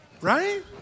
Right